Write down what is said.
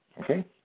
Okay